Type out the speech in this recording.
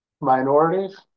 minorities